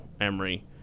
emery